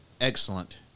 excellent